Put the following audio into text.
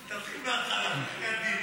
תתחיל מהתחלה, בחייאת דינכ.